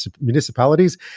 Municipalities